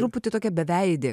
truputį tokia beveidė